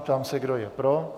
Ptám se, kdo je pro.